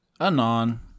Anon